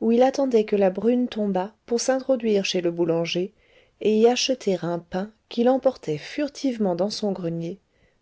où il attendait que la brune tombât pour s'introduire chez le boulanger et y acheter un pain qu'il emportait furtivement dans son grenier